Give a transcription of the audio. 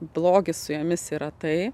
blogis su jomis yra tai